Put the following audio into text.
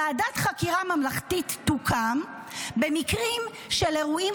ועדת חקירה ממלכתית תוקם במקרים של אירועים